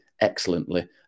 excellently